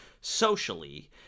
socially